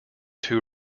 two